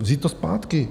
Vzít to zpátky.